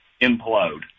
implode